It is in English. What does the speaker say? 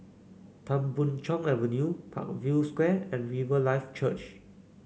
Tan Boon Chong Avenue Parkview Square and Riverlife Church